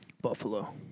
Buffalo